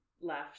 left